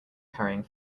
carrying